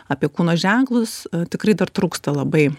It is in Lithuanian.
apie kūno ženklus tikrai dar trūksta labai